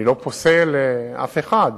אני לא פוסל אף אחד.